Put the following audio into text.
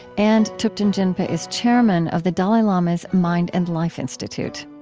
and thupten jinpa is chairman of the dalai lama's mind and life institute.